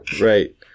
right